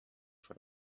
for